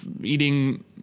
eating